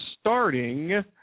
starting